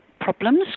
problems